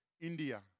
India